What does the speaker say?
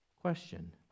Question